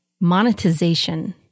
monetization